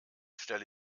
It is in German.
stelle